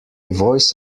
voice